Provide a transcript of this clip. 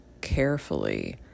carefully